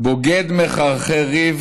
אתה היושב-ראש.